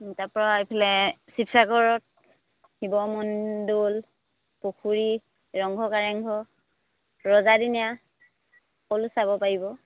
তাৰপৰা এইফালে শিৱসাগৰত শিৱদৌল পুখুৰী ৰংঘৰ কাৰেংঘৰ ৰজাদিনীয়া সকলো চাব পাৰিব